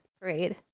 parade